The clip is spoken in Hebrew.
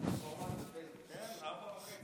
אדוני היושב-ראש,